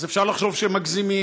אז אפשר לחשוב שמגזימים,